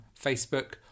Facebook